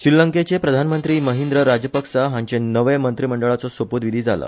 श्रीलंकेचे प्रधानमंत्री महिंद्र राजपक्सा हांचे नवे मंत्रीमंडळाचो सोप्रत विधी जाला